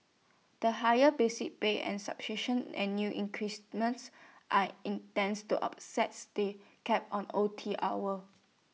the higher basic pay and annual increments are intends to up says the cap on O T hours